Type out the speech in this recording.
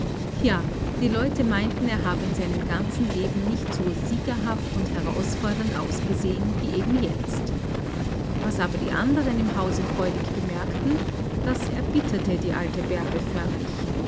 ja die leute meinten er habe in seinem ganzen leben nicht so siegerhaft und herausfordernd ausgesehen wie eben jetzt was aber die anderen im hause freudig bemerkten das erbitterte die alte bärbe förmlich